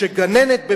כשגננת,